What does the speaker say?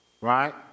right